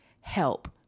help